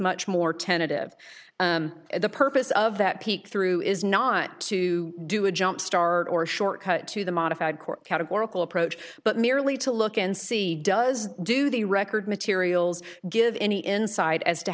much more tentative the purpose of that peek through is not to do a jump start or short cut to the modified court categorical approach but merely to look and see does do the record materials give any insight as to